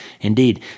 Indeed